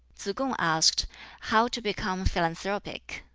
tsz-kung asked how to become philanthropic.